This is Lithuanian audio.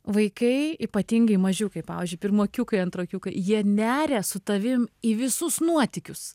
vaikai ypatingai mažiukai pavyzdžiui pirmokiukai antrokiukai jie neria su tavim į visus nuotykius